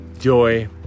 joy